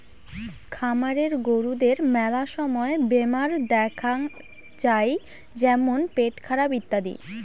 খামারের গরুদের মেলা সময় বেমার দেখাত যাই যেমন পেটখারাপ ইত্যাদি